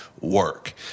work